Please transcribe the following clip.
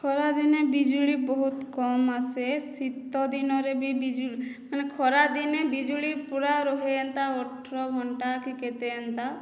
ଖରାଦିନେ ବିଜୁଳି ବହୁତ କମ ଆସେ ଶୀତ ଦିନରେ ବି ବିଜୁ ମାନେ ଖରାଦିନେ ବିଜୁଳି ପୁରା ରୁହେ ଏନ୍ତା ଅଠର ଘଣ୍ଟା କି କେତେ ଏନ୍ତା